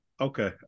Okay